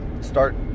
start